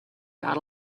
got